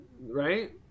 right